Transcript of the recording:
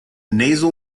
nasal